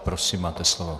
Prosím, máte slovo.